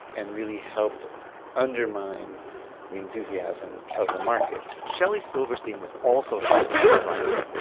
and really helped undermine the enthusiasm of the market shelly sil verstein was also shocked by the price.